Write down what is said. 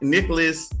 Nicholas